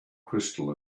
crystal